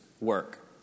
work